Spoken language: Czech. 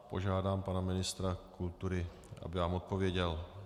Požádám pana ministra kultury, aby vám odpověděl.